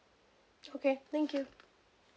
okay thank you